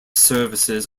services